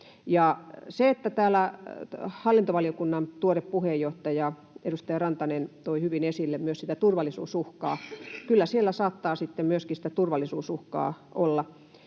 tänne. Täällä hallintovaliokunnan tuore puheenjohtaja, edustaja Rantanen, toi hyvin esille myös sitä turvallisuusuhkaa. Kyllä siellä saattaa sitten myöskin sitä turvallisuusuhkaa olla.